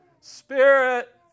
Spirit